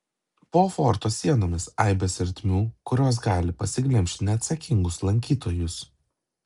po forto sienomis aibės ertmių kurios gali pasiglemžti neatsakingus lankytojus